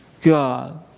God